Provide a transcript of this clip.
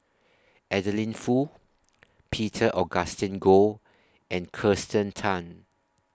Adeline Foo Peter Augustine Goh and Kirsten Tan